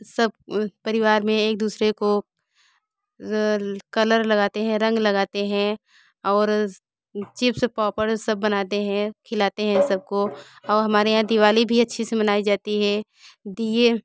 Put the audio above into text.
सब परिवार में एक दूसरे को कलर लगाते हैं रंग लगाते हैं चिप्स पापड़ सब बनाते हैं खिलाते हैं सबको और हमारे यहाँ दिवाली भी अच्छे से मनाई जाती है दिए